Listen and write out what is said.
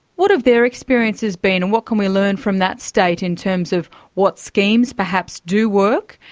what have their experiences been, and what can we learn from that state in terms of what schemes, perhaps, do work,